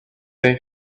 they